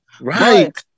right